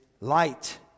light